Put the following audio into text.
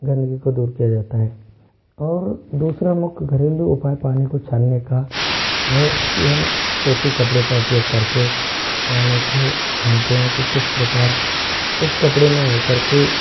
गंदगी को दूर किया जाता है और दूसरा मुख्य घरेलू उपाय पानी को छानने का है ये हम सूती कपड़े का उपयोग करके पानी को छानते हैं कि किस प्रकार उस कपड़े में होकर के